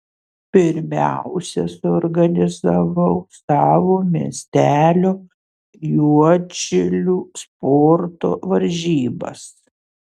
pirmiausia suorganizavau savo miestelio juodšilių sporto varžybas